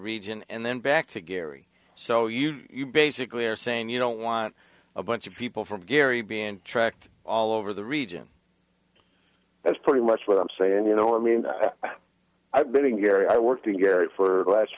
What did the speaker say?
region and then back to gary so you basically are saying you don't want a bunch of people from gary being tracked all over the region that's pretty much what i'm saying you know i mean i've been to gary i worked in gary for the last